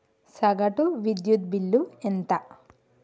సగటు విద్యుత్ బిల్లు ఎంత?